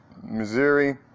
Missouri